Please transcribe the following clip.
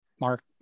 mark